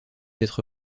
être